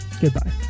Goodbye